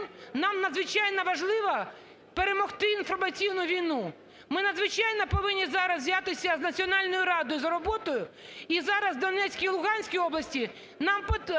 нам надзвичайно важливо перемогти інформаційну війну. Ми надзвичайно повинні зараз взятися з Національною радою за роботу і за в Донецькій, і Луганській області нам потрібно